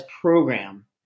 program